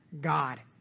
God